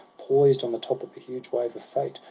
poised on the top of a huge wave of fate,